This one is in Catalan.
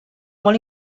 molt